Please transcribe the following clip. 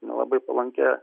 nelabai palankia